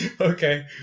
Okay